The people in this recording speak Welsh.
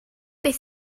beth